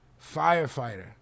Firefighter